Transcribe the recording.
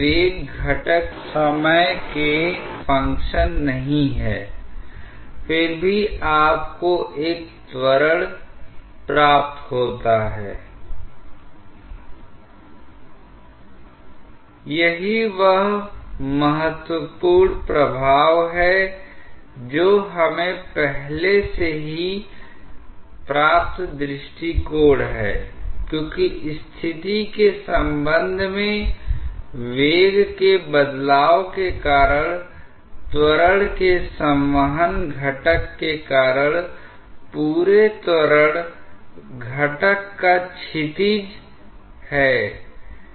इसलिए किसी तरह डिवाइस को बहुत ही कौशल से डिजाइन किया जाता है कुछ गैर आदर्शों का इस तरह से ध्यान रखा जाता है कियह आदर्श तो नहीं हो जाता है लेकिन गैर आदर्शता के बारे में हमारी अज्ञानता इतनी अधिक प्रकट नहीं होती हैI इसी कारण से आप इस तरह से लगातार अभिसारी अनुभाग का उपयोग कर रहे हैं और अपसारी अनुभाग को भी अच्छी तरह से डिजाइन किया गया हैI इसलिए यह वेंचुरीमीटर एक बहुत ही सामान्य उपकरण है जिसका उपयोग पाइप लाइन में प्रवाह दर को मापने के लिए किया जा सकता है